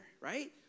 right